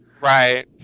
Right